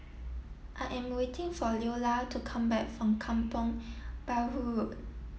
I am waiting for Leola to come back from Kampong Bahru Road